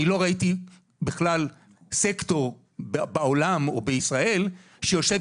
אני לא ראיתי בכלל סקטור בעולם או בישראל שיושב